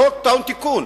החוק טעון תיקון.